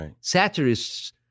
Satirists